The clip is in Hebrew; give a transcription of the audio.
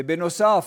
בנוסף,